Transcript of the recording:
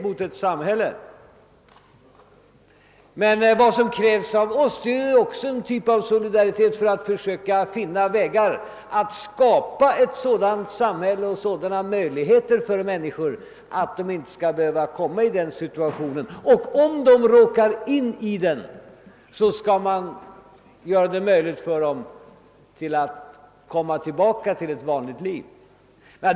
Men vad som krävs av oss själva är också en typ av solidaritet för att försöka finna vägar att skapa ett samhälle som ger sådana möjligheter för människorna att de inte skall behöva komma i en sådan situation. Och om de råkar in i den, skall man underlätta för dem att vända tillbaka till ett vanligt liv.